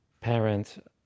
parent